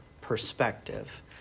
perspective